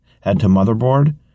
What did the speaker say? head-to-motherboard